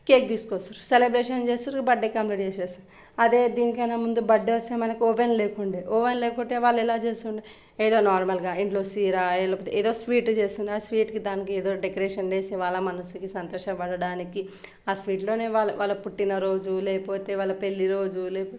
cake తీసుకొస్తారు celebration చేస్తారు birthday complete చేసేస్తారు అదే దీనికైనా ముందు బర్డే వస్తే మనకు ఓవెన్ లేకుండే ఓవెన్ లేకుంటే వాళ్ళు ఎలా చేస్తుండే ఏదో నార్మల్గా ఇంట్లో సిరా లేకపోతే ఏదో ఒక స్వీట్ చేస్తుండే ఆ స్వీట్కి దానికి ఏదో ఒక డెకరేషన్ చేసి వాళ్ళ మనస్సుకి సంతోషపడడానికి ఆ స్వీట్లోనే వాళ్ళ పుట్టినరోజు లేపోతే వాళ్ళ పెళ్ళిరోజు లేకపోతే